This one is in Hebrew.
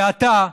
ואתה,